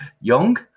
young